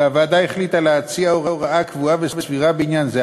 והוועדה החליטה להציע הוראה קבועה וסבירה בעניין זה.